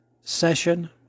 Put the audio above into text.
session